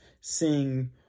sing